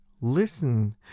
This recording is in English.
listen